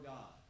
God